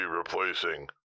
Replacing